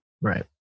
Right